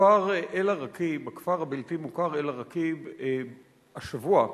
בכפר הבלתי-מוכר אל-עראקיב השבוע,